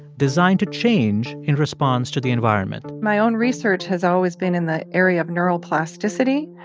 designed to change in response to the environment my own research has always been in the area of neural plasticity,